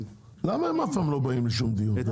למה הם אף פעם לא באים לשום דיון?